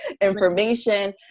information